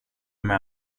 med